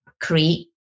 create